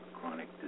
chronic